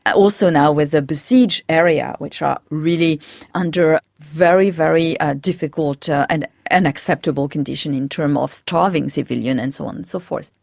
also now with the besieged areas which are really under very, very ah difficult and unacceptable conditions in terms of starving civilians and so on and so forth.